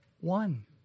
one